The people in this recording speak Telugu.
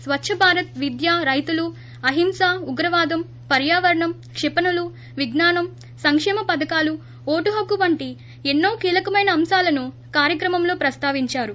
స్వచ్చభారత్ విద్య రైతులు అహింస ఉగ్రవాదం పర్యావరణం క్షిపణులు విజ్ఞానం సంకేమ పధకాలు ఓటు హక్కు వంటి ఎన్నో కీలకమైన అంశాలను కార్యక్రమంలో ప్రస్తావిందారు